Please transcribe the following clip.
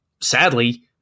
sadly